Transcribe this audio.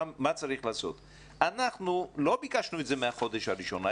אנחנו לא ביקשנו את זה מהחודש הראשון,